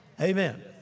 Amen